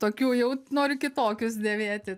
tokių jau noriu kitokius dėvėti